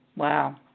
Wow